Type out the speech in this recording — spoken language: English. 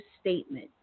statement